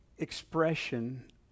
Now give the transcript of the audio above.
Expression